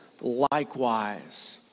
likewise